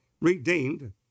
redeemed